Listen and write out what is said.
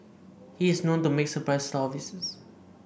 he is known to make surprise store visits